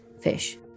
fish